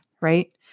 right